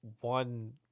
one